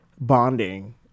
bonding